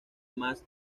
más